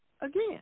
again